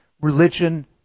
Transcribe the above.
religion